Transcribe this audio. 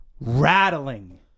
rattling